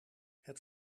het